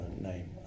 name